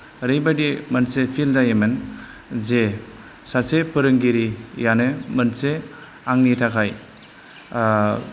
ओरैबायदि मोनसे फिल जायोमोन जे सासे फोरोंगिरियानो मोनसे आंनि थाखाय